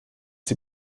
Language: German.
sie